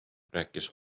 rääkis